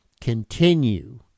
continue